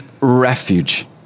refuge